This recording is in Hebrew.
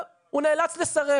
והוא נאלץ לסרב.